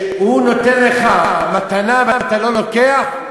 שהוא נותן לך מתנה ואתה לא לוקח?